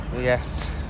yes